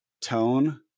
tone